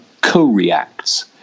co-reacts